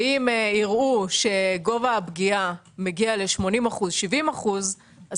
אם יראו שגובה הפגיעה מגיע ל-80% או 70% אז